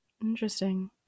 interesting